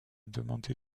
demandé